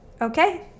Okay